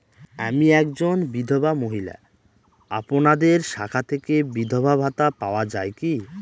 আমি একজন বিধবা মহিলা আপনাদের শাখা থেকে বিধবা ভাতা পাওয়া যায় কি?